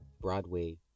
Broadway